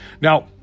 Now